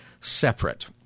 separate